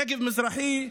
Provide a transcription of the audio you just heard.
נגב מזרחי,